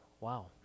Wow